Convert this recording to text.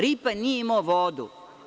Ripanj nije imao vodu.